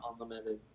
Unlimited